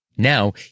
Now